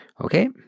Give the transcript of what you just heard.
okay